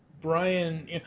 Brian